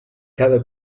cada